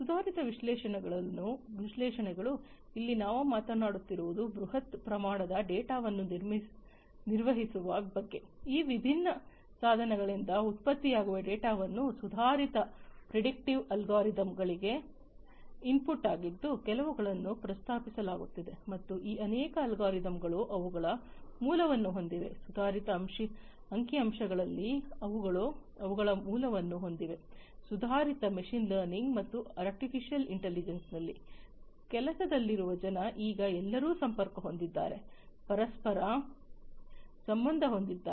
ಸುಧಾರಿತ ವಿಶ್ಲೇಷಣೆಗಳು ಇಲ್ಲಿ ನಾವು ಮಾತನಾಡುತ್ತಿರುವುದು ಬೃಹತ್ ಪ್ರಮಾಣದ ಡೇಟಾವನ್ನು ನಿರ್ವಹಿಸುವ ಬಗ್ಗೆ ಈ ವಿಭಿನ್ನ ಸಾಧನಗಳಿಂದ ಉತ್ಪತ್ತಿಯಾಗುವ ಡೇಟಾವನ್ನು ಸುಧಾರಿತ ಪ್ರೆಡಿಕ್ಟಿವ್ ಅಲ್ಗೊರಿದಮ್ಗಳಿಗೆ ಇನ್ಪುಟ್ ಆಗಿದ್ದು ಅವುಗಳನ್ನು ಪ್ರಸ್ತಾಪಿಸಲಾಗುತ್ತಿದೆ ಮತ್ತು ಈ ಅನೇಕ ಅಲ್ಗೊರಿದಮ್ಗಳು ಅವುಗಳ ಮೂಲವನ್ನು ಹೊಂದಿವೆ ಸುಧಾರಿತ ಅಂಕಿಅಂಶಗಳಲ್ಲಿ ಅವುಗಳ ಮೂಲವನ್ನು ಹೊಂದಿವೆ ಸುಧಾರಿತ ಮಿಷಿನ್ ಲರ್ನಿಂಗ್ ಮತ್ತು ಆರ್ಟಿಫಿಷಿಯಲ್ ಇಂಟೆಲಿಜೆನ್ಸ್ ನಲ್ಲಿ ಕೆಲಸದಲ್ಲಿರುವ ಜನರು ಈಗ ಎಲ್ಲರೂ ಸಂಪರ್ಕ ಹೊಂದಿದ್ದಾರೆ ಪರಸ್ಪರ ಸಂಬಂಧ ಹೊಂದಿದ್ದಾರೆ